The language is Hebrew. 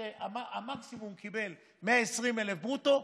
שבמקסימום קיבלו 120,000 ברוטו,